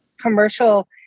Commercial